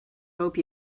hope